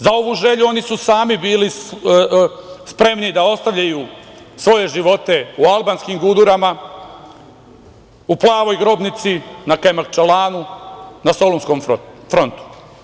Za ovu želju oni su sami bili spremni da ostavljaju svoje živote u albanskim gudurama, u Plavoj grobnici, na Kajmakčalanu, na Solunskom frontu.